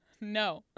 No